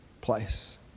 place